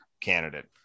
candidate